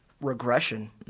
regression